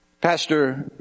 Pastor